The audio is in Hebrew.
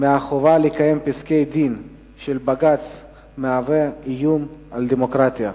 מהחובה לקיים פסקי-דין של בג"ץ מהווה איום על הדמוקרטיה.